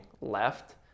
left